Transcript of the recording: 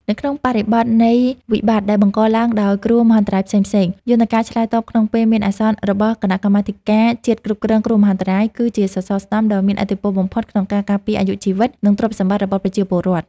នៅក្នុងបរិបទនៃវិបត្តិដែលបង្កឡើងដោយគ្រោះមហន្តរាយផ្សេងៗ យន្តការឆ្លើយតបក្នុងពេលមានអាសន្នរបស់គណៈកម្មាធិការជាតិគ្រប់គ្រងគ្រោះមហន្តរាយ គឺជាសសរស្តម្ភដ៏មានឥទ្ធិពលបំផុតក្នុងការការពារអាយុជីវិត និងទ្រព្យសម្បត្តិរបស់ប្រជាពលរដ្ឋ។